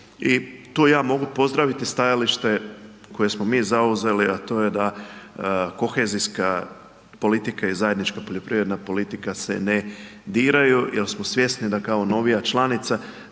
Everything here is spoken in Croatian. I tu ja mogu pozdraviti stajalište koje smo mi zauzeli da to je da kohezijska politika i zajednička poljoprivredna politika se ne diraju jer smo svjesni da kao novija članica,